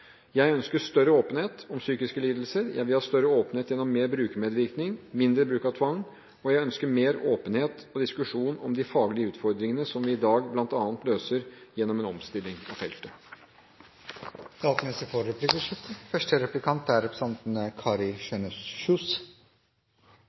Jeg ønsker større åpenhet om psykiske lidelser. Jeg vil ha større åpenhet gjennom mer brukermedvirkning, mindre bruk av tvang, og jeg ønsker mer åpenhet og diskusjon om de faglige utfordringene som vi i dag bl.a. løser gjennom en omstilling av feltet. Det blir replikkordskifte.